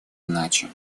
иначе